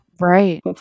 Right